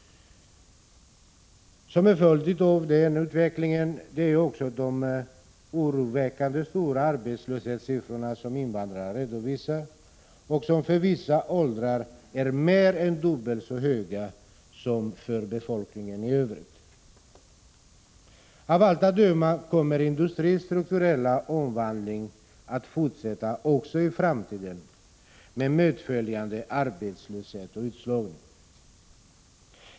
En följd av denna utveckling är också de oroväckande stora arbetslöshetssiffror som redovisas för invandrare och som för vissa åldrar är mer än dubbelt så höga som för befolkningen i övrigt. Av allt att döma kommer industrins strukturella omvandling att fortsätta också i framtiden med medföljande arbetslöshet och utslagning.